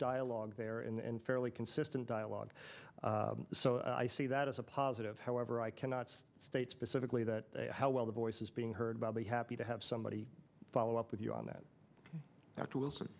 dialogue there and fairly consistent dialogue so i see that as a positive however i cannot state specifically that how well the voices being heard by be happy to have somebody follow up with you on that dr wilson